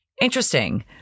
Interesting